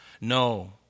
No